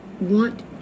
want